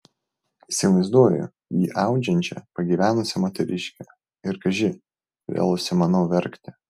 įsivaizduoju jį audžiančią pagyvenusią moteriškę ir kaži kodėl užsimanau verkti